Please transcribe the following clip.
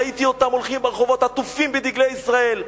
ראיתי אותם הולכים ברחובות עטופים בדגלי ישראל,